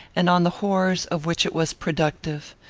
and on the horrors of which it was productive.